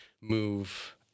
move